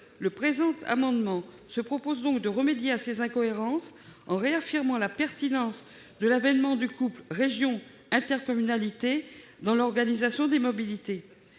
mal. Cet amendement a donc pour objet de remédier à de telles incohérences en réaffirmant la pertinence de l'avènement du couple régions-intercommunalités dans l'organisation des mobilités.